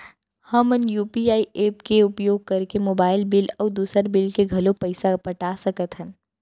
हमन UPI app के उपयोग करके मोबाइल बिल अऊ दुसर बिल के घलो पैसा पटा सकत हन